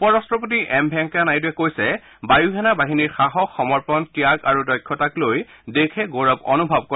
উপ ৰাট্টপতি এম ভেঙ্কেয়া নাইডুৱে কৈছে বায়ুসেনা বাহিনীৰ সাহস সমৰ্পণ ত্যাগ আৰু দক্ষতাক লৈ দেশে গৌৰৱ অনুভৱ কৰে